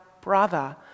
brother